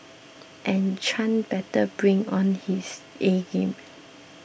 and Chan better bring on his A game